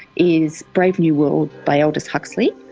is brave new world by aldous huxley.